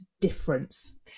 difference